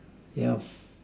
yeah